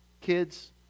Kids